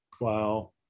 Wow